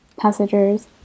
Passengers